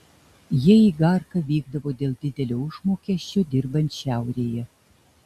jie į igarką vykdavo dėl didelio užmokesčio dirbant šiaurėje